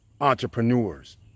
entrepreneurs